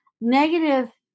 negative